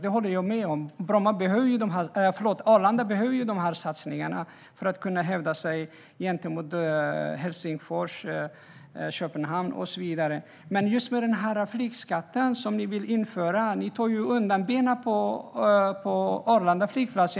Jag håller med om att Arlanda behöver de satsningarna för att kunna hävda sig gentemot Helsingfors, Köpenhamn och så vidare. Men med flygskatten som ni vill införa slår ni ju undan benen på Arlanda flygplats.